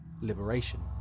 liberation